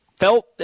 Felt